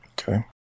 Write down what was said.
Okay